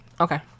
Okay